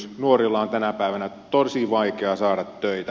nuorilla on tänä päivänä tosi vaikeaa saada töitä